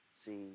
see